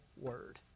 word